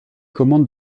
commandes